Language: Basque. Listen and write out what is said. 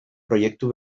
proiektu